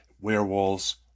werewolves